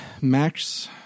Max